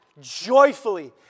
joyfully